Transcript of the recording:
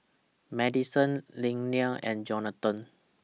Madison Leia and Jonathon